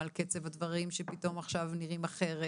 על קצב הדברים שפתאום עכשיו נראים אחרת.